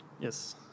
Yes